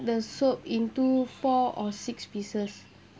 the soap into four or six pieces